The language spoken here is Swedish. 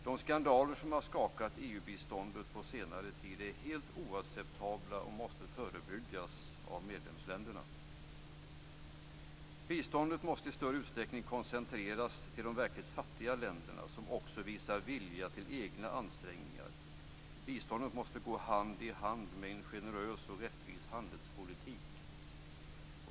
De skandaler som har skakat EU-biståndet på senare tid är helt oacceptabla och måste förebyggas av medlemsländerna. Biståndet måste i större utsträckning koncentreras till de verkligt fattiga länder som också visar vilja till egna ansträngningar. Biståndet måste gå hand i hand med en generös och rättvis handelspolitik.